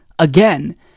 Again